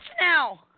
now